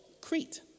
Crete